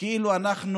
כאילו אנחנו,